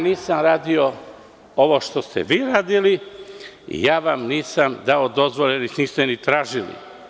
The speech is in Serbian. Nisam radio ovo što ste vi radili i ja vam nisam dao dozvole, jer ih niste ni tražili.